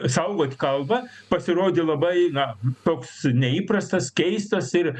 saugot kalbą pasirodė labai na toks neįprastas keistas ir